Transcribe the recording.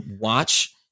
watch